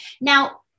Now